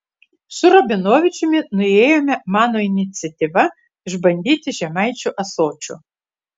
su rabinovičiumi nuėjome mano iniciatyva išbandyti žemaičių ąsočio